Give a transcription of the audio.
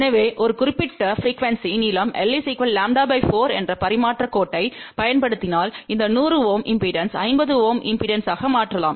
எனவே ஒரு குறிப்பிட்ட ப்ரீக்குவெண்ஸி நீளம் l λ4 என்ற பரிமாற்றக் கோட்டைப் பயன்படுத்தினால் இந்த 100 Ω இம்பெடன்ஸை 50 Ω இம்பெடன்ஸ்க்கு மாற்றலாம்